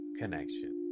connection